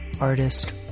artist